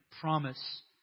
promise